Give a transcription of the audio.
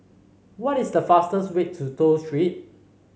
what is the fastest way to Toh Street